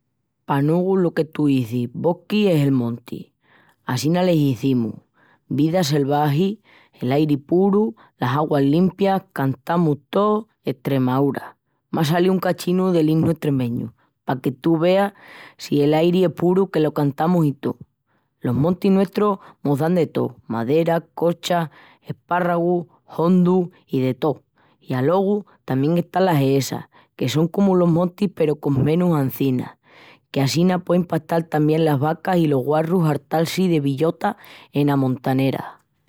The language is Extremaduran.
Pa nogu lo que tú izis bosqui es el monti. Assina l'izimus. Vida selvagi, l'airi puru, las auguas limpias, cantamus tous, Estremaúra! M'á salíu un cachinu del inu estremeñu, paque tú veas si l'airi es puru que lo cantamus i tó. Los montis nuestrus mos dan de tó, madera, corcha, espárragus, hongus i de tó. I alogu tamién están las hesas, que son comu los montis peru con menus anzinas, que assina puein pastal tamién las vacas i los guarrus hartal-si de billotas ena montanera.